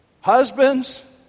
Husbands